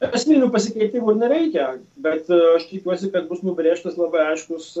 esminių pasikeitimų nereikia bet aš tikiuosi kad bus nubrėžtas labai aiškus